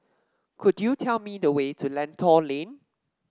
could you tell me the way to Lentor Lane